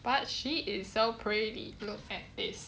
but she is so pretty look at this